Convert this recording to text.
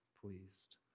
pleased